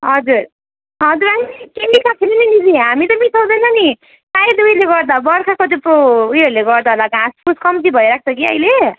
हजुर हजुरलाई नि केही मिसाएको छैन नि दिदी हामी त मिसाउँदैनौँ नि सायद उयसले गर्दा हो बर्खाको झुप्पो उयसले गर्दा होला घाँसफुस कम्ती भइरहेको छ कि अहिले